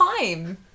time